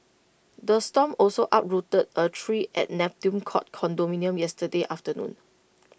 the storm also uprooted A tree at Neptune court condominium yesterday afternoon